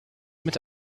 mit